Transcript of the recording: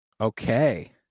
okay